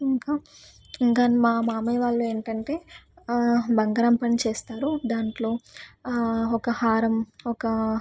ఇంకా ఇంకా మా మామయ్య వాళ్ళు ఏంటంటే బంగారం పని చేస్తారు దాంట్లో ఒక హారం ఒకా